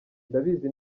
ndabizi